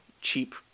cheap